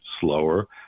slower